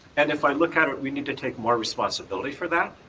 and if i look at it we need to take more responsibility for that.